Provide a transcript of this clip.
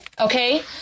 Okay